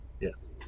Yes